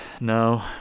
No